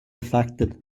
affected